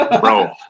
bro